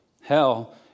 Hell